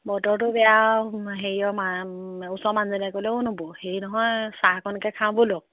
বতৰটো বেয়া আৰু হেৰিয়ৰ ওচৰৰ মানুহজনীয়ে ক'লে অ' নবৌ হেৰি নহয় চাহ অকণমানকৈ খাওঁ ব'লক